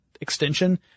extension